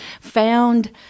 found